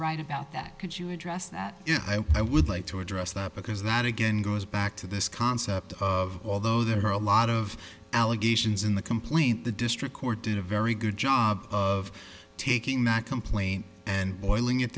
right about that could you address that if i would like to address that because that again goes back to this concept of though there are a lot of allegations in the complaint the district court did a very good job of taking my complaint and boiling it